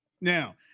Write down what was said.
now